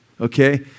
okay